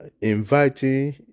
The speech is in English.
inviting